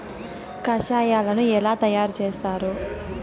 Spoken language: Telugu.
కషాయాలను ఎలా తయారు చేస్తారు?